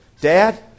Dad